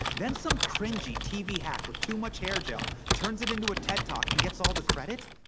then some cringey tv hack with too much hair gel turns it into a ted talk and gets all the credit.